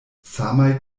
samaj